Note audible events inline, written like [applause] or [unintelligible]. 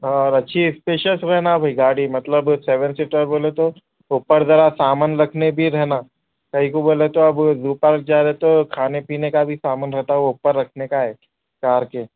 اور اچھی اسپیشس رہنا بھائی گاڑی مطلب سیون سیٹر بولے تو اوپر ذرا سامان رکھنے بھی رہنا کائی کو بولے تو اب [unintelligible] دوپہر جا رہے تو کھانے پینے کا بھی سامان رہتا وہ اوپر رکھنے کا ہے کار کے